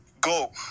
go